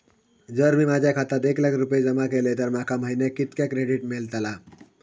जर मी माझ्या खात्यात एक लाख रुपये जमा केलय तर माका महिन्याक कितक्या क्रेडिट मेलतला?